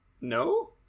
no